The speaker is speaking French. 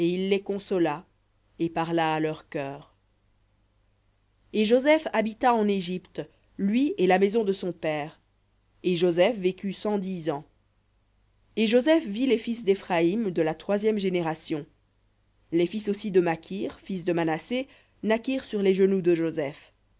les consola et parla à leur cœur et joseph habita en égypte lui et la maison de son père et joseph vécut cent dix ans et joseph vit les fils d'éphraïm de la troisième les fils aussi de makir fils de manassé naquirent sur les genoux de joseph